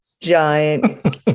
Giant